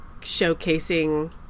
showcasing